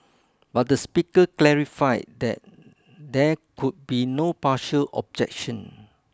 but the speaker clarified that there could be no partial objection